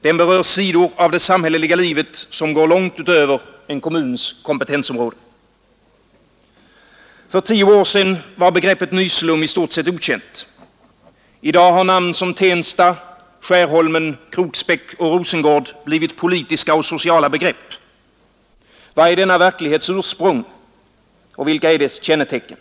Den berör sidor av det samhälleliga livet som går långt utöver en kommuns kompetensområde. För tio år sedan var begreppet nyslum i stort sett okänt. I dag har namn som Tensta, Skärholmen, Kroksbäck och Rosengård blivit politiska och sociala begrepp. Vad är denna verklighets ursprung? Och vilka är dess kännetecken?